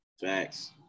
Facts